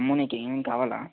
అమ్మూ నీకేం కావాలా